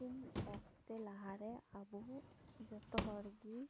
ᱤᱥᱤᱱ ᱚᱠᱛᱮ ᱞᱟᱦᱟᱨᱮ ᱟᱵᱚ ᱡᱚᱛᱚ ᱦᱚᱲ ᱜᱮ